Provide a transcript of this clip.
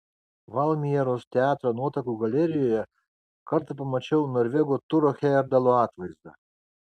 valmieros teatro nuotraukų galerijoje kartą pamačiau norvego turo hejerdalo atvaizdą